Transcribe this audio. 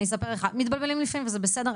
מתבלבלים לפעמים וזה בסדר,